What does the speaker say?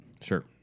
Sure